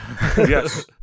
Yes